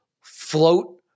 float